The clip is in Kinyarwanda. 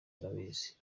arabizi